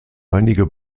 einige